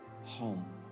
home